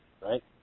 right